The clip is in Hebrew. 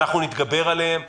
אנחנו נתגבר עליהם.